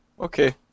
okay